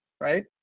right